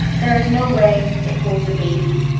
there is no way it holds a baby.